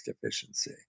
deficiency